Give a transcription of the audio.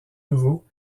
nouveau